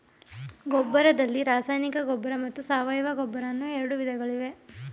ಗೊಬ್ಬರದಲ್ಲಿ ರಾಸಾಯನಿಕ ಗೊಬ್ಬರ ಮತ್ತು ಸಾವಯವ ಗೊಬ್ಬರ ಅನ್ನೂ ಎರಡು ವಿಧಗಳಿವೆ